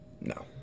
No